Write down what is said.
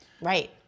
Right